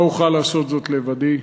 לא אוכל לעשות זאת לבדי.